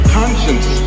conscience